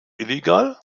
illegal